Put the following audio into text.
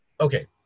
okay